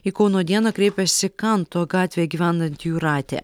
į kauno dieną kreipėsi kanto gatvėj gyvenanti jūratė